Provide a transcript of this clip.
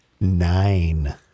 nine